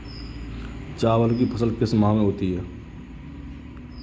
चावल की फसल किस माह में होती है?